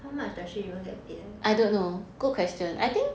how much does she even get paid like